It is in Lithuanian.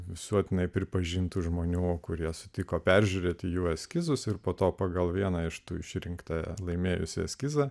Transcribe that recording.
visuotinai pripažintų žmonių kurie sutiko peržiūrėti jų eskizus ir po to pagal vieną iš tų išrinkta laimėjusi eskizą